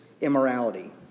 immorality